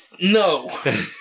no